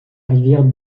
rivière